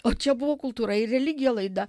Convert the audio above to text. o čia buvo kultūra ir religija laida